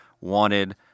wanted